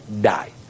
die